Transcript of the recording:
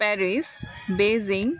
Paris Beijing